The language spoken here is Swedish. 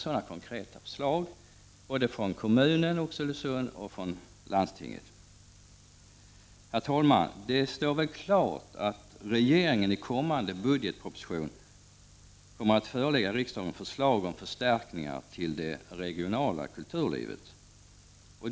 Sådana konkreta förslag finns, både från kommunen, Oxelösund, och från landstinget. Herr talman! Det står väl klart att regeringen i kommande budgetproposition kommer att förelägga riksdagen förslag om förstärkningar till det regionala kulturlivet.